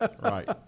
Right